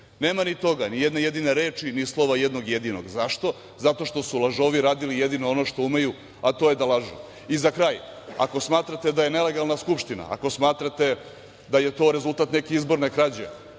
Nema ni toga, ni jedne jedine reči, ni slova jednog jedinog. Zašto? Zato što su lažovi radili jedino ono što umeju, a to je da lažu.I za kraj, ako smatrate da je nelegalna Skupština, ako smatrate da je to rezultat neke izborne krađe,